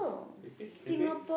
repeat repeat